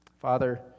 Father